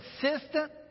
consistent